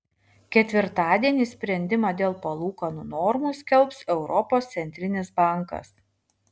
ketvirtadienį sprendimą dėl palūkanų normų skelbs europos centrinis bankas